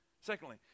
secondly